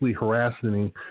harassing